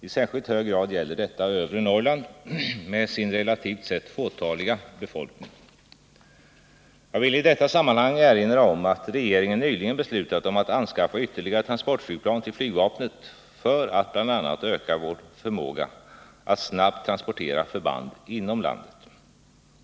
I särskilt hög grad gäller detta övre Norrland med sin relativt sett fåtaliga befolkning. Jag vill i detta sammanhang erinra om att regeringen nyligen beslutat om att anskaffa ytterligare transportflygplan för flygvapnet för att bl.a. öka vår förmåga att snabbt transportera förband inom landet.